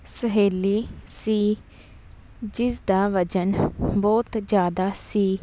ਸਹੇਲੀ ਸੀ ਜਿਸ ਦਾ ਵਜ਼ਨ ਬਹੁਤ ਜ਼ਿਆਦਾ ਸੀ